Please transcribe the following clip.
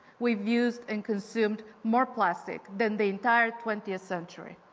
we've used and consumed more plastic than the entire twentieth century.